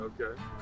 okay